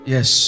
Yes